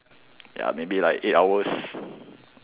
ya maybe like eight hours